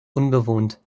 unbewohnt